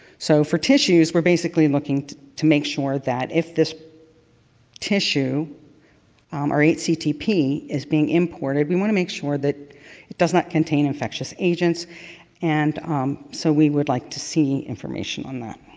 so for tissues, we're basically looking to make sure that if this tissue or hctp is imported, we want to make sure that it does not contain infectious agents and um so we would like to see information on that.